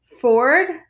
Ford